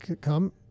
come